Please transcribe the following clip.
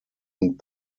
und